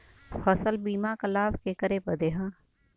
फसल बीमा क लाभ केकरे बदे ह?